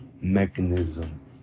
mechanism